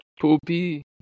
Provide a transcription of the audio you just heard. Poopy